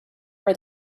are